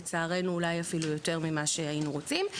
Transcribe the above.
לצערנו אולי אפילו יותר ממה שהיינו רוצים.